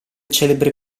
celebre